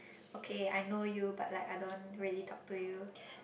okay I know you but like I don't really talk to you